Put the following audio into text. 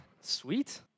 Sweet